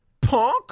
punk